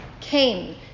came